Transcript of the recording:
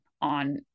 on